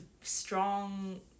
strong